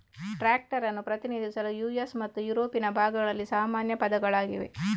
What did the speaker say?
tractor ಅನ್ನು ಪ್ರತಿನಿಧಿಸಲು US ಮತ್ತು ಯುರೋಪಿನ ಭಾಗಗಳಲ್ಲಿ ಸಾಮಾನ್ಯ ಪದಗಳಾಗಿವೆ